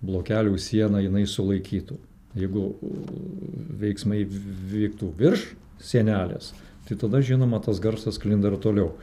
blokelių siena jinai sulaikytų jeigu veiksmai vyktų virš sienelės tai tada žinoma tas garsas sklinda ir toliau